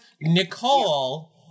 Nicole